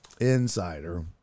Insider